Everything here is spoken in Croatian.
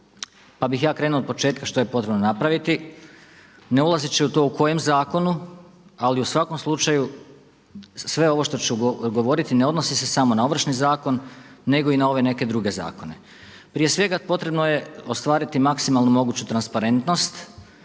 Pa bih ja krenuo od početka što je potrebno napraviti ne ulazeći u to u kojem zakonu ali u svakom slučaju sve ovo što ću govoriti ne odnosi se samo na Ovršni zakon nego i na ove neke druge zakone. Prije svega potrebno je ostvariti maksimalnu moguću transparentnost